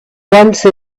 once